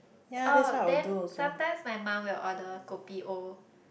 oh then sometimes my mum will order kopi O